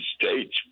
States